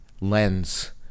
lens